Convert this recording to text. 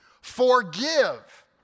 Forgive